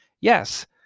Yes